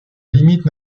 limite